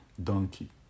donkey